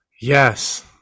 Yes